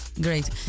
Great